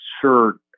sure